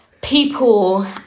People